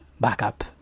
backup